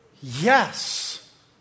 Yes